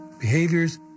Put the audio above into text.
behaviors